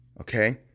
okay